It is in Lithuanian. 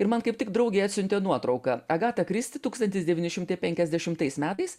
ir man kaip tik draugė atsiuntė nuotrauką agata kristi tūkstantis devyni šimtai penkiasdešimtais metais